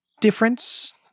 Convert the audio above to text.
difference